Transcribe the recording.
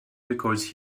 because